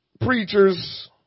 preachers